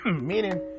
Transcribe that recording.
Meaning